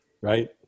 right